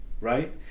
right